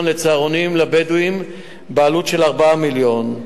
לצהרונים לבדואים בעלות 4 מיליון.